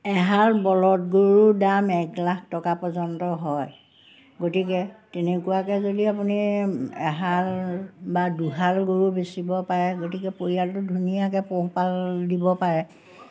এহাল বলদ গৰুৰ দাম এক লাখ টকা পৰ্যন্ত হয় গতিকে তেনেকুৱাকৈ যদি আপুনি এহাল বা দুহাল গৰু বেচিব পাৰে গতিকে পৰিয়ালটো ধুনীয়াকৈ পোহপাল দিব পাৰে